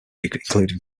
including